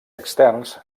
externs